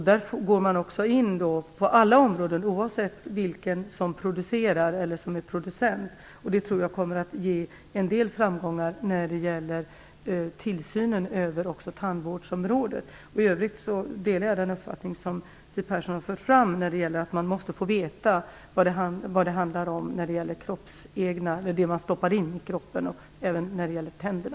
Där går man också in på alla områden, oavsett vem som är producent. Jag tror att det kommer att ge en del framgångar också när det gäller tillsynen över tandvårdsområdet. I övrigt delar jag den uppfattning som Siw Persson har fört fram, dvs. att man måste få veta vad det handlar om när man stoppar något i kroppen, även när det gäller tänderna.